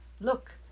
Look